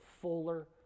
fuller